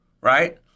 right